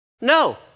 No